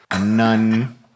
None